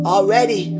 Already